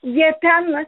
jie ten